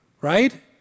right